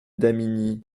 damigny